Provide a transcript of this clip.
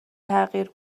تغییر